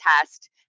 test